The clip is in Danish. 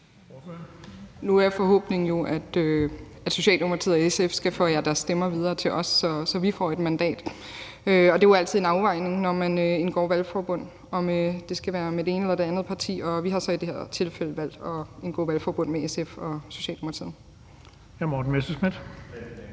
Nu er forhåbningen jo, at Socialdemokratiet og SF skal forære deres stemmer videre til os, så vi får et mandat. Det er jo altid en afvejning, når man indgår valgforbund, om det skal være med det ene eller det andet parti. Vi har så i det her tilfælde valgt at indgå i valgforbund med SF og Socialdemokratiet. Kl. 17:36 Den fg. formand (Erling